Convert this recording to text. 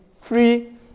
free